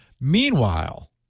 meanwhile